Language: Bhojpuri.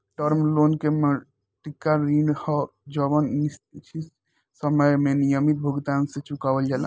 टर्म लोन के मौद्रिक ऋण ह जवन निश्चित समय में नियमित भुगतान से चुकावल जाला